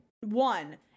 one